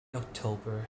october